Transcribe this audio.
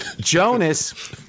Jonas—